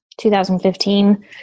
2015